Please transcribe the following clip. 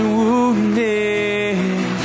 wounded